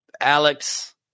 alex